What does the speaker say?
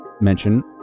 mention